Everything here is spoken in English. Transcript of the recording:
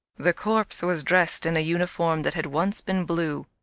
the corpse was dressed in a uniform that had once been blue,